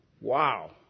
Wow